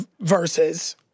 verses